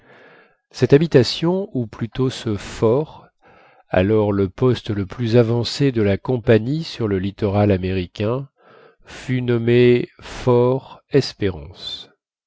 cette habitation ou plutôt ce fort alors le poste le plus avancé de la compagnie sur le littoral américain fut nommé